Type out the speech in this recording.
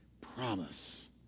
promise